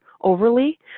overly